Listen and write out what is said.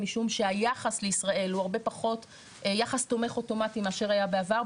משום שהיחס לישראל הוא הרבה פחות יחס תומך אוטומטית מאשר היה בעבר,